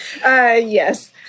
Yes